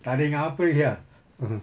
tak ada ingat apa lagi ah mmhmm